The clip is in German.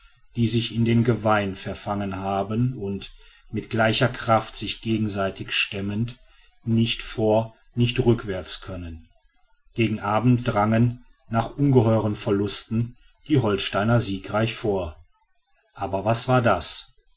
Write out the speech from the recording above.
die sich in den geweihen verfangen haben und mit gleicher kraft sich gegeneinander stemmend nicht vor noch rückwärts können gegen abend drangen nach ungeheuren verlusten die holsteiner siegreich vor aber was war das